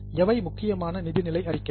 எவை முக்கியமான நிதிநிலை அறிக்கைகள்